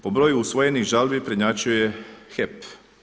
Po broju usvojenih žalbi prednjačuje HEP.